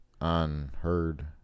unheard